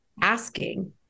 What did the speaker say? asking